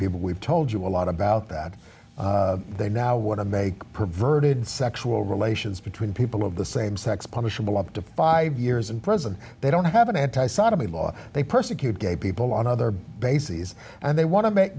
people we've told you a lot about that they now want to make perverted sexual relations between people of the same sex punishable up to five years in prison they don't have an anti sodomy law they persecute gay people on other bases and they want to make